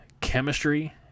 chemistry